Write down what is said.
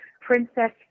Princess